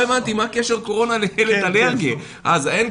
לא הבנתי מה קשר קורונה לאלרגי.